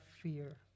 fear